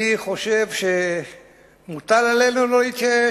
אני חושב שמוטל עלינו לא להתייאש,